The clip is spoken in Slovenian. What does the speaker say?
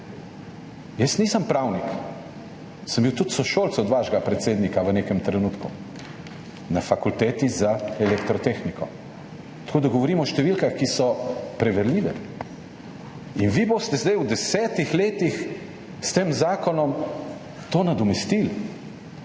Jaz nisem pravnik, bil sem sošolec vašega predsednika v nekem trenutku na Fakulteti za elektrotehniko, tako da govorim o številkah, ki so preverljive, in vi boste zdaj v 10 letih s tem zakonom to nadomestili.